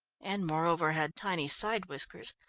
and moreover, had tiny side whiskers,